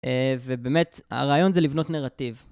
ובאמת, הרעיון זה לבנות נרטיב.